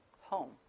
home